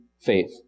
faith